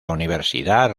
universidad